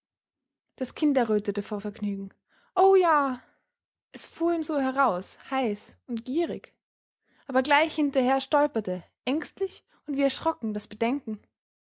das kind errötete vor vergnügen o ja es fuhr ihm so heraus heiß und gierig aber gleich hinterher stolperte ängstlich und wie erschrocken das bedenken